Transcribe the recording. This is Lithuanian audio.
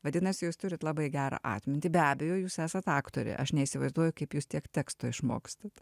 vadinasi jūs turit labai gerą atmintį be abejo jūs esat aktorė aš neįsivaizduoju kaip jūs tiek teksto išmokstat